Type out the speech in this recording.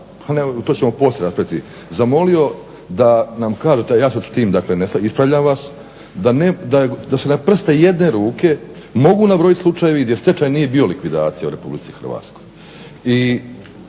to ćemo poslije napraviti, zamolio da nam kažete, ja se s tim ne slažem, ispravljam vas, da se na prste jedne ruke mogu nabrojiti slučajevi gdje stečaj nije bio likvidacija u Republici Hrvatskoj.